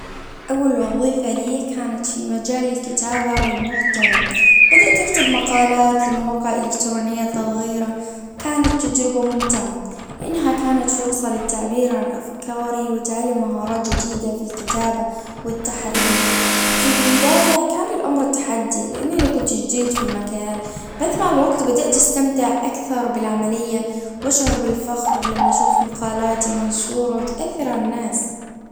اول وظيفة لي كانت في مجال الكتابة والمحتوى بدأت اكتب مقالات لمواقع الكترونية صغيرة كانت تجربة ممتعة. لانها كانت فرصة للتعبير عن افكاري وتعلم مهارات جديدة في الكتابة. والتحرير. في البداية كان الامر تحدي لانني كنت جديد في المجال بس مع الوقت بدأت استمتع اكثر بالعملية. واشعر بالفخر لما اشوف مقالاتي منشورة وتأثر عالناس